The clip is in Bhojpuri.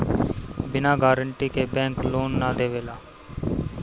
बिना गारंटी के बैंक लोन ना देवेला